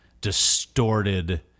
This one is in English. distorted